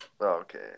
Okay